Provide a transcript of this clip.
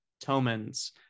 tomans